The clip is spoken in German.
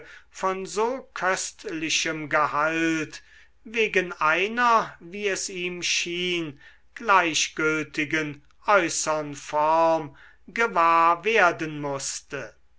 von so köstlichem gehalt wegen einer wie es ihm schien gleichgültigen äußern form gewahr werden mußte